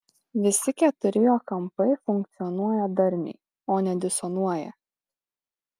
visi keturi jo kampai funkcionuoja darniai o ne disonuoja